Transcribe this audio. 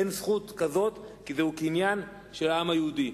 אין זכות כזאת, כי זה קניין של העם היהודי.